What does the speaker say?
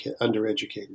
undereducated